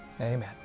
amen